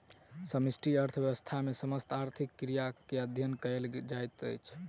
समष्टि अर्थशास्त्र मे समस्त आर्थिक क्रिया के अध्ययन कयल जाइत अछि